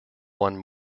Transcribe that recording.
won